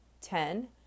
Ten